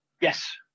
Yes